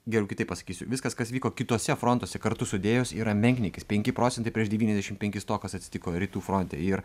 geriau kitaip pasakysiu viskas kas vyko kituose frontuose kartu sudėjus yra menkniekis penki procentai prieš devyniasdešim penkis to kas atsitiko rytų fronte ir